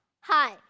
Hi